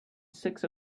six